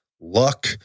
luck